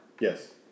Yes